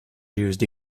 used